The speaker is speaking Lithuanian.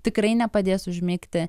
tikrai nepadės užmigti